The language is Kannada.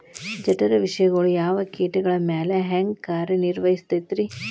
ಜಠರ ವಿಷಗಳು ಯಾವ ಕೇಟಗಳ ಮ್ಯಾಲೆ ಹ್ಯಾಂಗ ಕಾರ್ಯ ನಿರ್ವಹಿಸತೈತ್ರಿ?